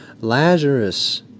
Lazarus